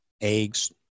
eggs